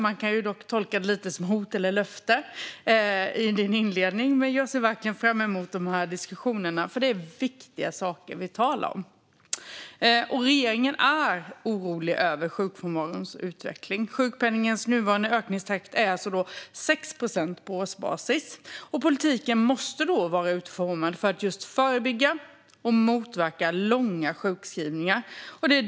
Man kan tolka din inledning som ett hot eller som ett löfte, men jag ser verkligen fram emot de här diskussionerna. Det är nämligen viktiga saker vi talar om. Regeringen är orolig över sjukfrånvarons utveckling. Sjukpenningens nuvarande ökningstakt är 6 procent på årsbasis, och politiken måste då vara utformad för att just förebygga och motverka långa sjukskrivningar.